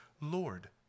Lord